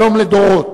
שלום לדורות,